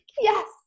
Yes